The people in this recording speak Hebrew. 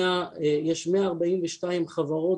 יש 142 חברות,